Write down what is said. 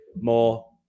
more